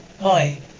Hi